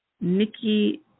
Nikki